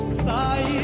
sai.